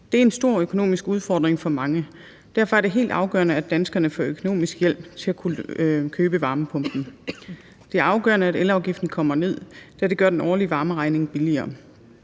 Det er en stor økonomisk udfordring for mange. Derfor er det helt afgørende, at danskerne får økonomisk hjælp til at kunne købe varmepumpen. Det er afgørende, at elafgiften kommer ned, da det gør den årlige varmeregning billigere,